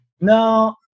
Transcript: No